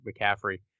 McCaffrey